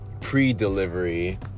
pre-delivery